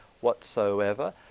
whatsoever